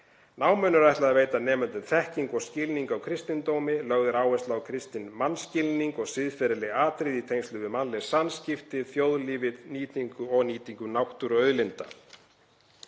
Náminu er ætlað að veita nemendum þekkingu og skilning á kristindómi, lögð er áhersla á kristinn mannskilning og siðferðileg atriði í tengslum við mannleg samskipti, þjóðlífið og nýtingu náttúruauðlinda.